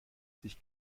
sich